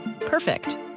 Perfect